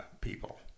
people